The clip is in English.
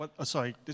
Sorry